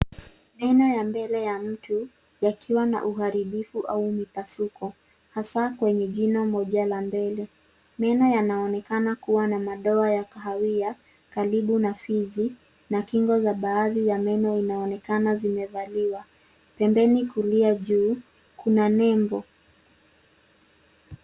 Meno ya mbele ya mtu yakiwa na uharibifu au mipasuko hasa kwenye jino moja la mbele. Meno yanaonekana kuwa na madoa ya kahawia karibu na fizi na kingo za baadhi ya meno inaonekana zimevaliwa. Pembeni kulia juu kuna nembo.